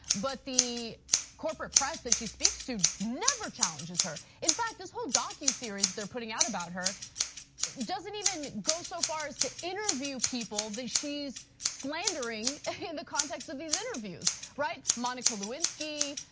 but the corporate press that she speaks to never challenges her. in fact this whole docu-series they're putting out about her doesn't even go so far as to interview people that she's slandering in the context of these interviews, right? monica lewinsky,